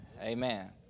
Amen